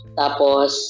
tapos